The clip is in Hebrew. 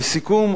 לסיכום,